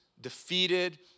defeated